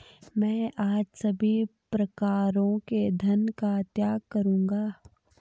मैं आज सभी प्रकारों के धन का त्याग करूंगा